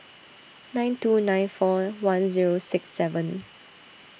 nine two nine four one zero six seven